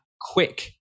quick